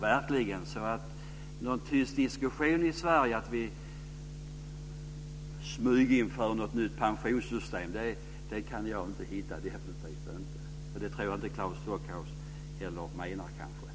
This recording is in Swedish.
Någon tyst diskussion eller att vi smyginför ett nytt pensionssystem kan jag inte hitta i Sverige - definitivt inte. Men det tror jag kanske inte heller att Claes Stockhaus menar.